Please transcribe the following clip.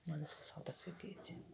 মানুষকে সাঁতার শিখিয়েছি